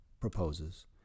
proposes